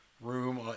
room